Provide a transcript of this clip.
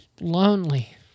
lonely